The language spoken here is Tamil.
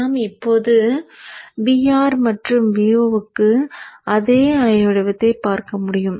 நாம் இப்போது Vr மற்றும் Vo இக்கு அதே அலை வடிவத்தை பார்க்க முடியும்